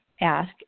ask